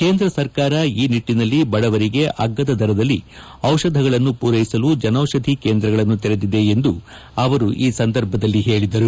ಕೇಂದ್ರ ಸರ್ಕಾರ ಈ ನಿಟ್ಟನಲ್ಲಿ ಬಡವರಿಗೆ ಅಗ್ಗದ ದರದಲ್ಲಿ ಔಷಧಿಗಳನ್ನು ಪೂರೈಸಲು ಜನೌಷಧಿ ಕೇಂದ್ರಗಳನ್ನು ತೆರೆದಿದೆ ಎಂದು ಅವರು ಈ ಸಂದರ್ಭದಲ್ಲಿ ಹೇಳಿದ್ದಾರೆ